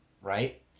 Right